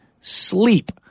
sleep